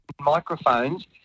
microphones